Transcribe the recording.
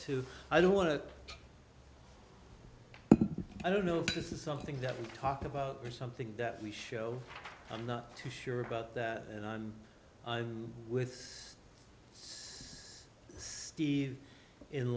too i don't want to i don't know if this is something that we talk about or something that we show i'm not too sure about that and i'm with